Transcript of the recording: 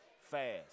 fast